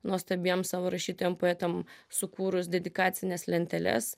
nuostabiem savo rašytojam poetam sukūrus dedikacines lenteles